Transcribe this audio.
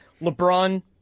lebron